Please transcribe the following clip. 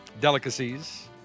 delicacies